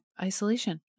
isolation